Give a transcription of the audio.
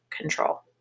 control